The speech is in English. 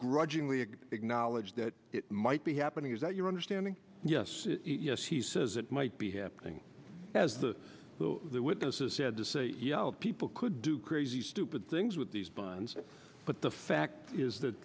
grudgingly acknowledged that it might be happening is that your understanding yes yes he says it might be happening as the the witnesses said the c e o of people could do crazy stupid things with these bonds but the fact is th